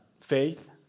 faith